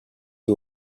you